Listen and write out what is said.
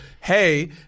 hey